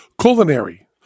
Culinary